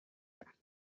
رفت